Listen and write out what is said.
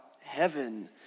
heaven